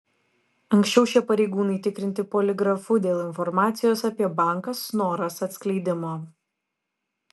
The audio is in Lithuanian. anksčiau šie pareigūnai tikrinti poligrafu dėl informacijos apie banką snoras atskleidimo